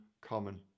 common